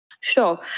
Sure